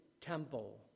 temple